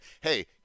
hey